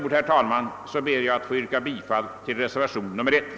Med det anförda ber jag att få yrka bifall till reservationen 1.